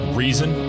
reason